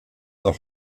auch